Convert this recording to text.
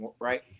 right